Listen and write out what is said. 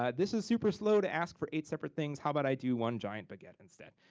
ah this is super slow to ask for eight separate things how about i do one giant baguette instead.